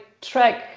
track